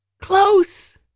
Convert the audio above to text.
close